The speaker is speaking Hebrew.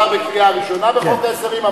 וזה עבר בקריאה ראשונה בחוק ההסדרים,